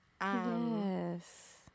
Yes